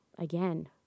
again